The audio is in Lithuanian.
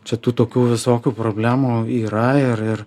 čia tų tokių visokių problemų yra ir ir